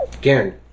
Garen